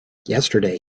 yesterday